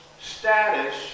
status